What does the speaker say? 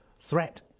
threat